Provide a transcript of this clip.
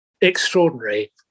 extraordinary